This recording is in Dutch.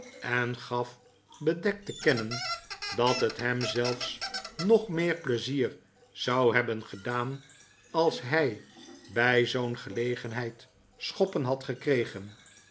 en gaf bedekt te kennen dat het hem zelfs nog meer pleizier zou hebben gedaan als hij bij zoo'n gelegenheid schoppen had gekregen